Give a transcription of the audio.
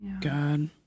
God